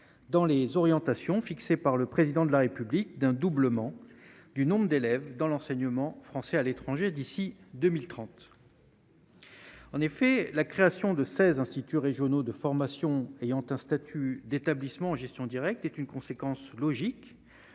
dans les orientations fixées par le président de la République d'un doublement du nombre d'élèves dans l'enseignement français à l'étranger d'ici 2030. En effet, la création de 16 instituts régionaux de formation ayant un statut d'établissements en gestion directe est une conséquence logique